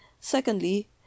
Secondly